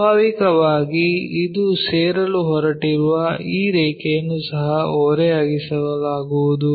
ಸ್ವಾಭಾವಿಕವಾಗಿ ಇದು ಸೇರಲು ಹೊರಟಿರುವ ಈ ರೇಖೆಯನ್ನು ಸಹ ಓರೆಯಾಗಿಸಲಾಗುವುದು